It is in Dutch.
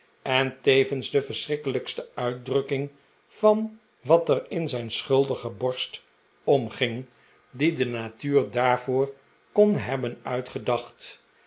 en tevens de verschrikkelijkste uitdrukking van wat er in zijn schuldige borst omging die de natuur daarvoor kon hebben uitgedacht